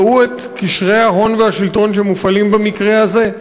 ראו את קשרי ההון והשלטון שמופעלים במקרה הזה.